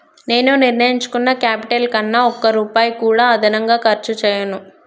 నేను నిర్ణయించుకున్న క్యాపిటల్ కన్నా ఒక్క రూపాయి కూడా అదనంగా ఖర్చు చేయను